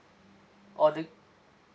or the